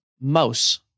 Mouse